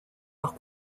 par